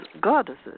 goddesses